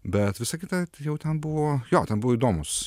bet visa kita jau ten buvo jo ten buvo įdomūs